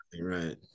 right